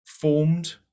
formed